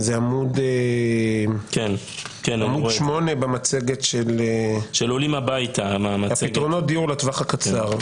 זה עמוד 8 במצגת של פתרונות דיור לטווח הקצר.